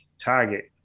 target